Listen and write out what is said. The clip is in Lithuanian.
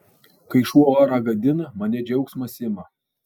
kai šuo orą gadina mane džiaugsmas ima